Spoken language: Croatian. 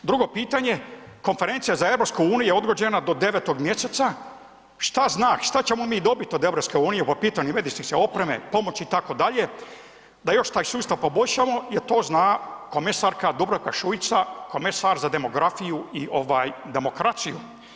Drugo pitanje konferencija za EU je odgođena do 9. mjeseca, šta znak, šta ćemo mi dobiti od EU po pitanju medicinske opreme, pomoći itd., da još taj sustav poboljšamo jel to zna komesarka Dubravka Šuica, komesar za demografiju i ovaj demokraciju.